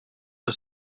are